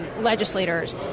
legislators